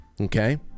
Okay